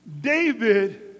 David